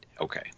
Okay